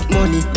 Money